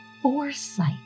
foresight